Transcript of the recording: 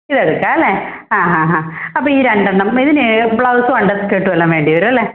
ഇതെടുക്കാമല്ലേ ആ ഹാ ഹാ അപ്പോൾ ഈ രണ്ടെണ്ണം ഇതിന് ബ്ലൗസും അണ്ടർ സ്കേർട്ടുമെല്ലാം വേണ്ടിവരും അല്ലേ